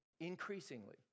increasingly